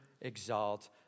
exalt